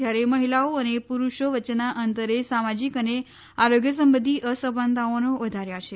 જ્યારે મહિલાઓ અને પુરુષો વચ્ચેના અંતરે સામાજિક અને આરોગ્ય સંબંધી અસમાનતાઓને વધાર્યા છે